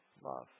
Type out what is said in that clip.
love